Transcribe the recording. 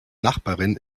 nachbarin